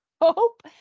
hope